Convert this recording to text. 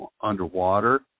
underwater